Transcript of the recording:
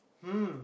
hmm